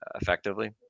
effectively